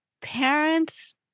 parents